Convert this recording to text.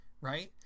right